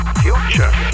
future